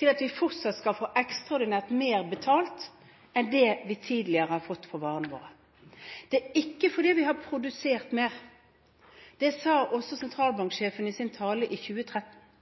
til at vi fortsatt skal få ekstraordinært mer betalt enn det vi tidligere har fått for varene våre. Det er ikke fordi vi har produsert mer. Det sa også sentralbanksjefen i sin tale i 2013,